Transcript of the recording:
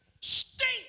stink